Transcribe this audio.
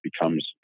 becomes